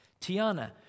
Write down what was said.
Tiana